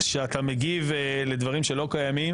כי שחיתות ציבורית זאת בעיה,